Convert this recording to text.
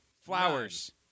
flowers